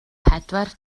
pedwar